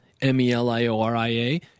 M-E-L-I-O-R-I-A